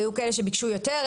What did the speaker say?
היו כאלה שביקשו יותר,